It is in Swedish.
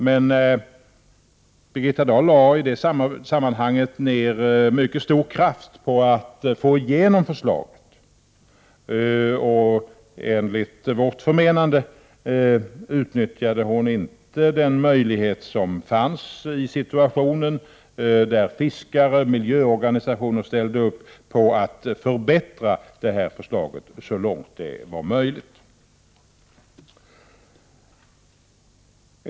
Men Birgitta Dahl lade ner mycket stor kraft på att få igenom förslaget. Enligt vårt förmenande utnyttjade hon inte den möjlighet som fanns i situationen, där fiskare och miljöorganisationer ställde upp på att förbättra förslaget så långt det var möjligt.